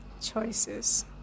choices